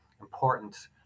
important